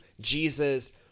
Jesus